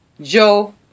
Joe